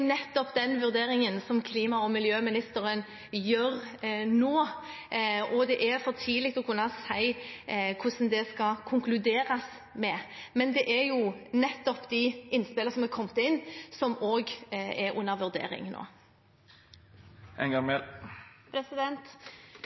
for tidlig å kunne si hvordan det skal konkluderes, men det er nettopp de innspillene som er kommet inn, som også er under vurdering nå.